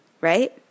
right